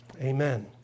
amen